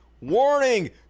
Warning